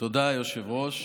תודה, היושב-ראש.